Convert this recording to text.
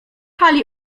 kali